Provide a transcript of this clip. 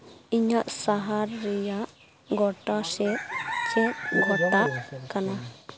ᱤᱧᱟᱹᱜ ᱥᱟᱦᱟᱨ ᱨᱮᱭᱟᱜ ᱜᱳᱴᱟ ᱥᱮᱫ ᱪᱮᱫ ᱜᱷᱴᱟᱜ ᱠᱟᱱᱟ